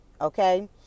okay